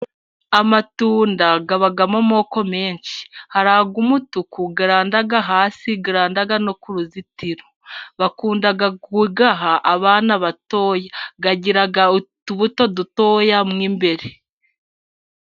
Amatunda abamo amoko menshi hari ay'umutuku aranda hasi aranda no ku ruzitiro, bakunda kuyaha abana batoya agira utubuto dutoya mo imbere.